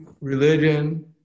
religion